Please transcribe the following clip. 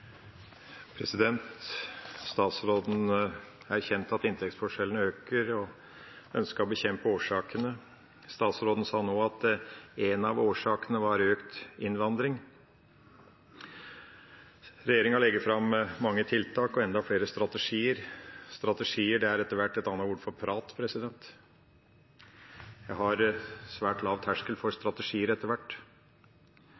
Statsråden erkjente at inntektsforskjellene øker, og ønsket å bekjempe årsakene. Statsråden sa nå at en av årsakene var økt innvandring. Regjeringa legger fram mange tiltak og enda flere strategier. Strategier er etter hvert blitt et annet ord for prat. Jeg har fått svært lav terskel for